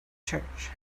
church